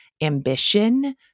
Ambition